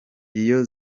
iyo